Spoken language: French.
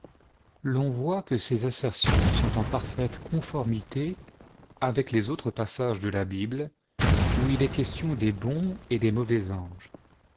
l'on voit que ces assertions sont en parfaite conformité avec les autres passages de la bible où il est question des bons et des mauvais anges